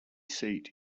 seat